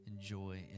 enjoy